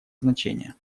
значение